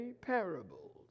parables